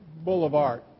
Boulevard